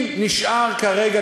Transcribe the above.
אם נשאר כרגע,